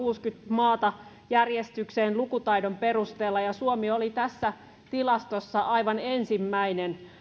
maata järjestykseen lukutaidon perusteella suomi oli tässä tilastossa aivan ensimmäinen